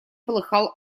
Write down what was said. полыхал